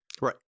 Right